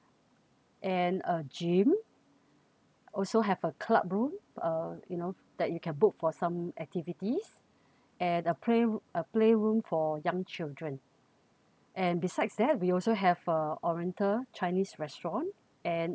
and a gym also have a club room uh you know that you can book for some activities and a play a playroom for young children and besides that we also have uh oriental chinese restaurant and